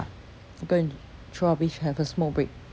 I go and throw rubbish have a smoke break